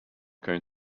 going